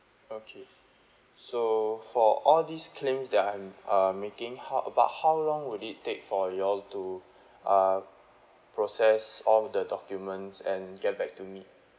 okay so for all these claims that I'm uh making how about how long would it take for y'all to uh process all the documents and get back to me